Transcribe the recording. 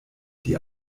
die